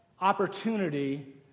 opportunity